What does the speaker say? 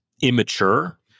immature